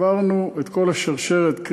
עברנו את כל השרשרת,